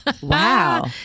Wow